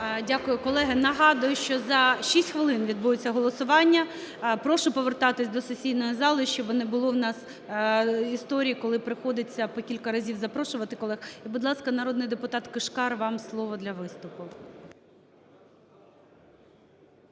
Дякую. Колеги, нагадую, що за 6 хвилин відбудеться голосування. Прошу повертатись до сесійної зали, щоб не було у нас історії, коли приходиться по кілька разів запрошувати колег. І, будь ласка, народний депутатКишкар, вам слово для виступу.